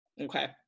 Okay